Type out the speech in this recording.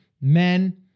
men